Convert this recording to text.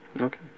Okay